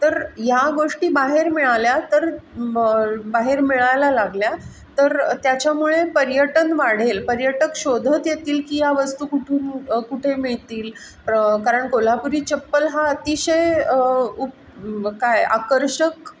तर ह्या गोष्टी बाहेर मिळाल्या तर बाहेर मिळायला लागल्या तर त्याच्यामुळे पर्यटन वाढेल पर्यटक शोधत येतील की या वस्तू कुठून कुठे मिळतील कारण कोल्हापुरी चप्पल हा अतिशय उप काय आकर्षक